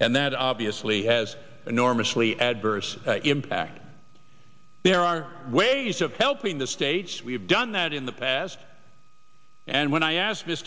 and that obviously has enormously adverse impact there are ways of helping the states we've done that in the past and when i ask